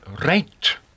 right